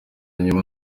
inyuma